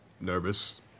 nervous